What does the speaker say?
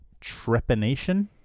trepanation